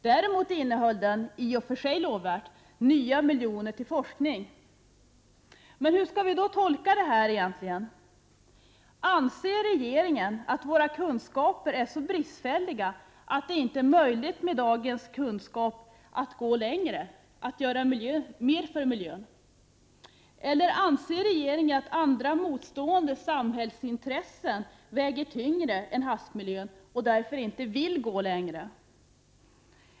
Däremot innehöll den förslag om att anslå nya miljoner till forskning, vilket i och för sig var lovvärt. Men hur skall då detta tolkas? Anser regeringen att våra kunskaper är så bristfälliga att det i dag inte är möjligt att gå längre, att göra mer för miljön? Anser regeringen att andra motstående samhällsintressen väger tyngre än frågan om havsmiljön, och därför inte vill gå längre?